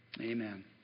Amen